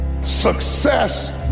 Success